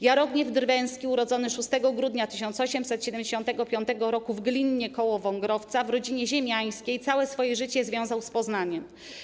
Jarogniew Drwęski, urodzony 6 grudnia 1875 roku w Glinnie koło Wągrowca w rodzinie ziemiańskiej, całe swoje życie związał z Poznaniem.